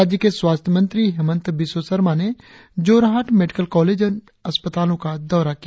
राज्य के स्वास्थ्य मंत्री हेमंत बिस्व शर्मा ने जोरहाट मेडिकल कॉलेज एवं अस्पतालों का दौरा किया